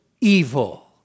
evil